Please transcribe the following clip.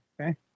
Okay